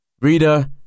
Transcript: Reader